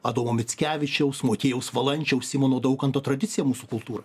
adomo mickevičiaus motiejaus valančiaus simono daukanto tradiciją mūsų kultūrą